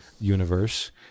universe